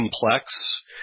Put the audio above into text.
complex